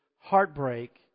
heartbreak